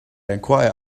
enquire